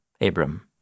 Abram